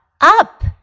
up